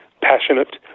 passionate